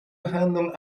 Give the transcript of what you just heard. handle